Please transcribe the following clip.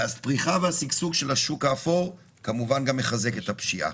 והפריחה והשגשוג של השוק האפור כמובן גם מחזקת את הפשיעה.